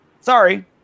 Sorry